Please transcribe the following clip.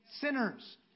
sinners